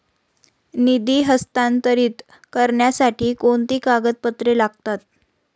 निधी हस्तांतरित करण्यासाठी कोणती कागदपत्रे लागतात?